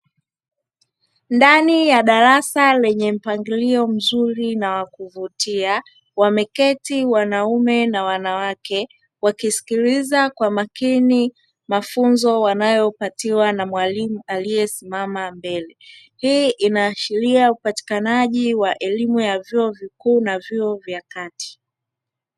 Ndani ya darasa lenye mpangilio mzuri na wwa kuvutia, wameketi wanaume na wanawake wakisiskiliza kwa makini mafunzo wanayopatiwa na mwalimu aliyesimama mbele. Hii inaashiria upatikanaji elimu ya vyo vikuu na vyuo vya kati.